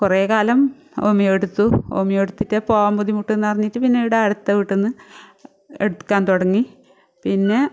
കുറെ കാലം ഹോമിയോ എടുത്തു ഹോമിയോ എടുത്തിട്ട് പോകാൻ ബുദ്ധിമുട്ടെന്ന് പറഞ്ഞിട്ട് പിന്നാണ് ഇവിടെ അടുത്ത വീട്ടിന്ന് എടുക്കാൻ തുടങ്ങി പിന്നെ